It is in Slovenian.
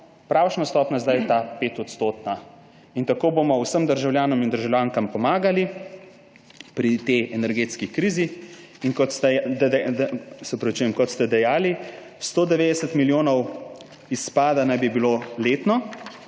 pravšnja stopnja zdaj ta 5-odstotna. Tako bomo vsem državljanom in državljankam pomagali pri tej energetski krizi. Kot ste dejali, 190 milijonov izpada naj bi bilo letno,